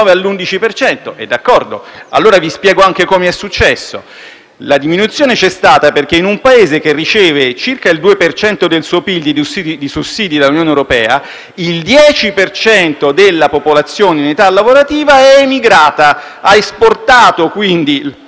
la diminuzione c'è stata perché in un Paese che riceve circa il due per cento del suo PIL di sussidi dall'Unione europea, il 10 per cento della popolazione in età lavorativa è emigrata; ha esportato quindi lavoratori - e anche tensioni macroeconomiche - in altri Paesi.